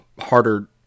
harder